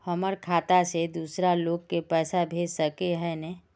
हमर खाता से दूसरा लोग के पैसा भेज सके है ने?